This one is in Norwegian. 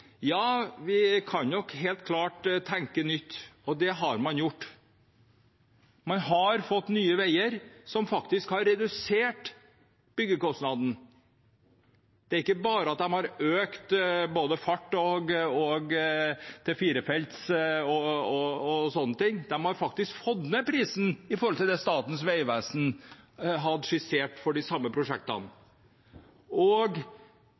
Ja, vi kan helt klart tenke nytt, og det har man gjort. Man har fått Nye Veier, som har redusert byggekostnadene. De har ikke bare økt fart og fått til firefelts motorvei; de har faktisk fått ned prisen i forhold til det som Statens vegvesen hadde skissert for de samme prosjektene.